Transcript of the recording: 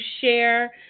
share